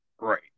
Right